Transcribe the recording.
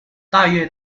大约